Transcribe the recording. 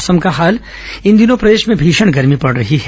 मौसम इन दिनों प्रदेश में भीषण गर्मी पड़ रही है